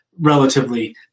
relatively